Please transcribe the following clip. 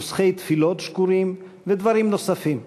נוסחי תפילות שגורים ודברים נוספים.